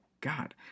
God